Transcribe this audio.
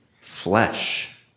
flesh